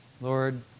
Lord